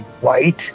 white